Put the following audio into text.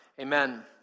Amen